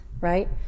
Right